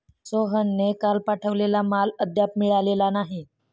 सोहनने काल पाठवलेला माल अद्याप मिळालेला नाही